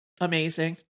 amazing